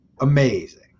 amazing